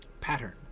pattern